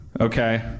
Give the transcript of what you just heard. Okay